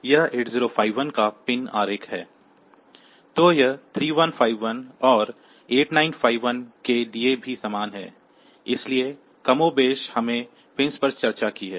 तो यह 3151 और 8951 के लिए भी समान है इसलिए कमोबेश हमने पिंस पर चर्चा की है